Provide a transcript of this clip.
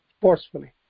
forcefully